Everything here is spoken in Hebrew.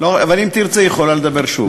אבל אם היא תרצה היא יכולה לדבר שוב.